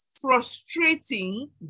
frustrating